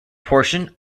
portion